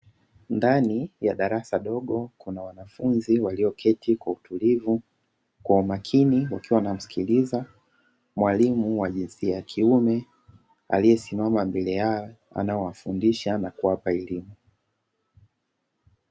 Ndani ya darasa dogo, kuna wanafunzi walioketi kwa utulivu, kwa umakini, wakiwa wanamsikiliza mwalimu wa jinsia ya kiume aliyesimama mbele yao anayewafundisha na kuwapa elimu.